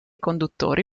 conduttori